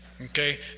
Okay